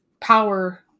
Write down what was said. power